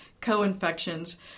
co-infections